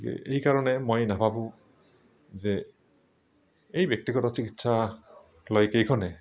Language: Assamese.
গতিকে এই কাৰণে মই নেভাবোঁ যে এই ব্যক্তিগত চিকিৎসালয়কেইখনে